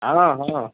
हाँ हाँ